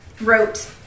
wrote